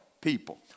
people